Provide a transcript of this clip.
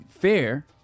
fair